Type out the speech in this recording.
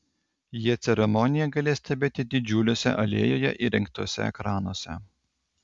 jie ceremoniją galės stebėti didžiuliuose alėjoje įrengtuose ekranuose